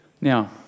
Now